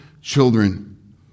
children